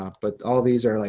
um but all of these are, like